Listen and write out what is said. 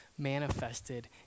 manifested